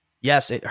Yes